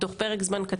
בתוך פרק זמן,